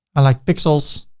i like pixels,